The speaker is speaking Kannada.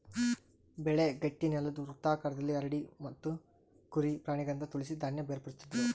ಬೆಳೆ ಗಟ್ಟಿನೆಲುದ್ ವೃತ್ತಾಕಾರದಲ್ಲಿ ಹರಡಿ ಎತ್ತು ಕುರಿ ಪ್ರಾಣಿಗಳಿಂದ ತುಳಿಸಿ ಧಾನ್ಯ ಬೇರ್ಪಡಿಸ್ತಿದ್ರು